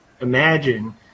imagine